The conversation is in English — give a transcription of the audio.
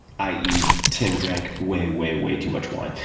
i e, tim drank way, way, way too much wine.